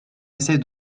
essaie